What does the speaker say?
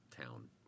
town